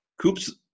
Coop's